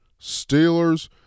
Steelers